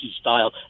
style